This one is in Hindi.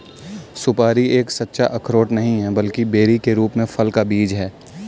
सुपारी एक सच्चा अखरोट नहीं है, बल्कि बेरी के रूप में फल का बीज है